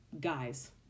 guys